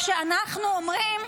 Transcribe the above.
כשאנחנו אומרים,